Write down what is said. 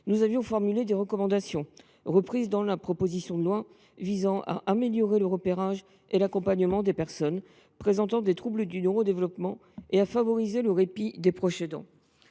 d’information ont été reprises dans la proposition de loi visant à améliorer le repérage et l’accompagnement des personnes présentant des troubles du neurodéveloppement et à favoriser le répit des proches aidants.